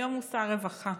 היום הוא שר רווחה.